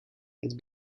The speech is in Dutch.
het